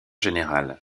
général